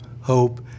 hope